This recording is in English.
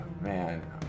man